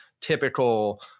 typical